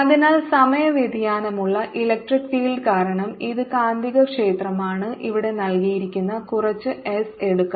അതിനാൽ സമയ വ്യതിയാനമുള്ള ഇലക്ട്രിക് ഫീൽഡ് കാരണം ഇത് കാന്തികക്ഷേത്രമാണ് ഇവിടെ നൽകിയിരിക്കുന്ന കുറച്ച് എസ് എടുക്കാം